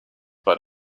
but